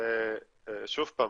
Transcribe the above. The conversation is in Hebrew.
שוב פעם,